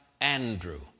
Andrew